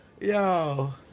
yo